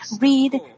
read